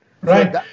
Right